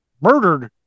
murdered